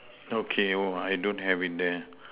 okay oh I don't have it there